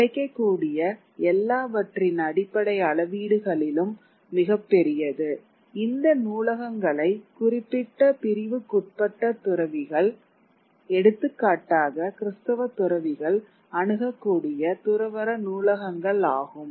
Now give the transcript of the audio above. கிடைக்கக்கூடிய எல்லாவற்றின் அடிப்படை அளவீடுகளிலும் மிகப்பெரியது பெரியது இந்த நூலகங்களை குறிப்பிட்ட பிரிவுக்குட்பட்ட துறவிகள் எடுத்துக்காட்டாக கிறிஸ்தவ துறவிகள் அணுகக்கூடிய துறவற நூலகங்கள் ஆகும்